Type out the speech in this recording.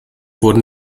wurden